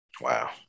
Wow